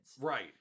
Right